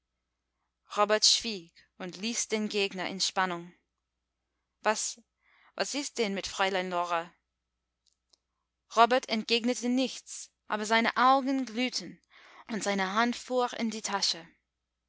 robert schwieg und ließ den gegner in spannung was was ist denn mit fräulein lore robert entgegnete nichts aber seine augen glühten und seine hand fuhr in die tasche